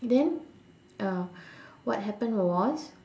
then uh what happened was